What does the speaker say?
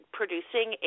producing